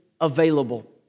available